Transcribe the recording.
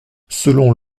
selon